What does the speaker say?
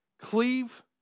cleave